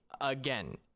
again